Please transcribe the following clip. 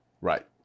Right